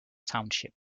township